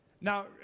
Now